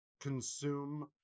consume